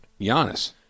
Giannis